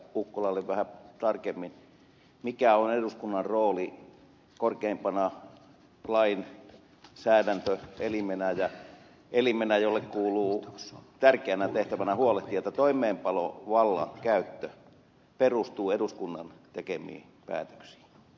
ukkolalle vähän tarkemmin mikä on eduskunnan rooli korkeimpana lainsäädäntöelimenä ja elimenä jolle kuuluu tärkeänä tehtävänä huolehtia että toimeenpanovallan käyttö perustuu eduskunnan tekemiin päätöksiin